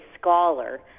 scholar